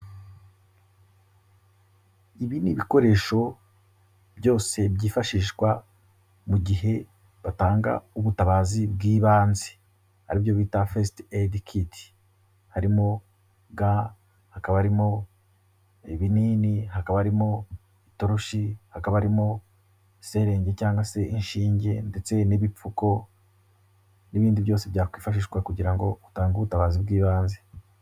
Ibi ni bikoresho byose byifashishwa mu gihe batanga ubutabazi bw'ibanze. Aribyo bita Fesiti eyidi kit, harimo ga, hakaba harimo ibinini, hakaba harimo itoroshi, hakaba harimo selenge cyangwa se inshinge ndetse n'ibipfuko, n'ibindi byose byakwifashishwa kugira ngo utange ubutabazi bw'ibanze.